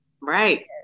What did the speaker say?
right